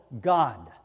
God